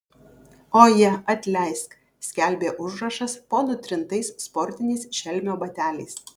oje atleisk skelbė užrašas po nutrintais sportiniais šelmio bateliais